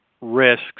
risks